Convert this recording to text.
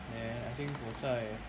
and I think 我在